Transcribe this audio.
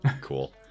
Cool